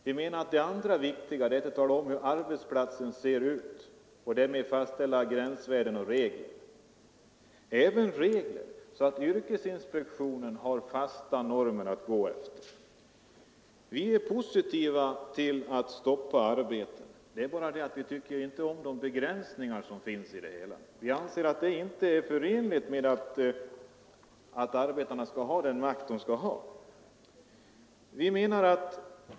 Och det andra viktiga är att tala om hur arbetsplatsen ser ut och därmed fastställa gränsvärden och regler — även sådana regler att yrkesinspektionen har fasta normer att gå efter. Vi är positiva till att stoppa arbeten — det är bara det att vi inte tycker om de begränsningar som finns i det hela. Vi anser att det inte är förenligt med den makt arbetarna skall ha.